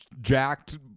jacked